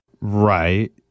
Right